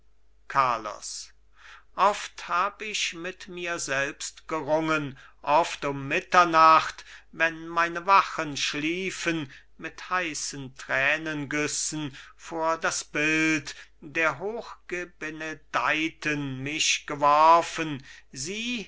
carlos oft hab ich mit mir selbst gerungen oft um mitternacht wenn meine wachen schliefen mit heißen tränengüssen vor das bild der hochgebenedeiten mich geworfen sie